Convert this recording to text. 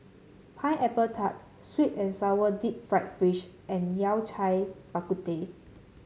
Pineapple Tart sweet and sour Deep Fried Fish and Yao Cai Bak Kut Teh